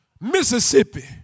Mississippi